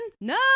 No